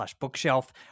bookshelf